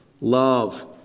Love